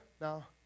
Now